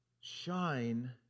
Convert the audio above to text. Shine